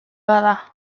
bada